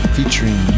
Featuring